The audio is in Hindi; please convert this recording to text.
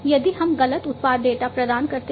यदि हम गलत उत्पाद डेटा गलत करते हैं